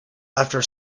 after